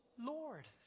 Lord